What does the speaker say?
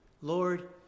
Lord